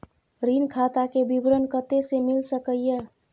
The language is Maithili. ऋण खाता के विवरण कते से मिल सकै ये?